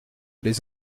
les